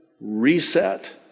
reset